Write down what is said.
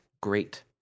great